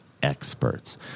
Experts